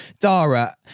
Dara